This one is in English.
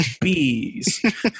bees